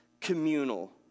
communal